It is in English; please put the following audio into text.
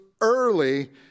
early